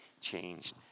changed